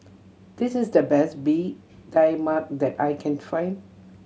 this is the best Bee Tai Mak that I can find